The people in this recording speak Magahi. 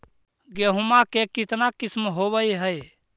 गेहूमा के कितना किसम होबै है?